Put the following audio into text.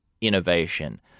Innovation